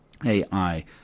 AI